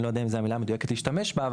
אני לא יודע אם זו המילה המדויקת להשתמש בה,